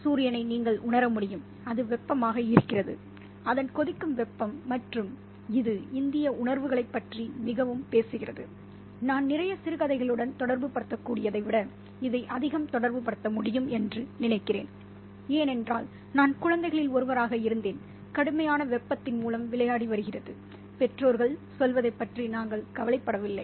சூரியனை நீங்கள் உணர முடியும் அது வெப்பமாக இருக்கிறது அதன் கொதிக்கும் வெப்பம் மற்றும் இது இந்திய உணர்வுகளைப் பற்றி மிகவும் பேசுகிறது நான் நிறைய சிறுகதைகளுடன் தொடர்புபடுத்தக்கூடியதை விட இதை அதிகம் தொடர்புபடுத்த முடியும் என்று நினைக்கிறேன் ஏனென்றால் நான் குழந்தைகளில் ஒருவராக இருந்தேன் கடுமையான வெப்பத்தின் மூலம் விளையாடி வருகிறது பெற்றோர்கள் சொல்வதைப் பற்றி நாங்கள் கவலைப்படவில்லை